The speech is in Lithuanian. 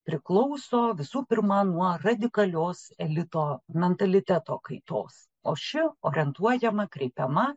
priklauso visų pirma nuo radikalios elito mentaliteto kaitos o ši orientuojama kreipiama